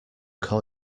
call